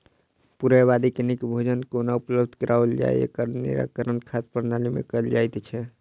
पूरे आबादी के नीक भोजन कोना उपलब्ध कराओल जाय, एकर निराकरण खाद्य प्रणाली मे कयल जाइत छै